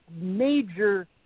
major